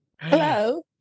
Hello